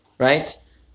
Right